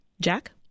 jack